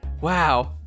Wow